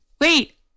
Wait